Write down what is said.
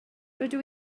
rydw